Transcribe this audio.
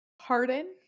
Harden